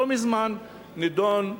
לא מזמן נדון,